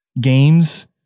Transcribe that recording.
games